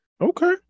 Okay